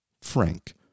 frank